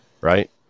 right